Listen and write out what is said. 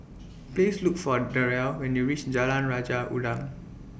Please Look For Derrell when YOU REACH Jalan Raja Udang